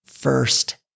first